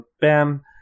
bam